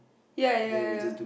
ya ya ya ya ya